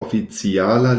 oficiala